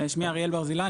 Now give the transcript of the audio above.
שמי אריאל ברזילי,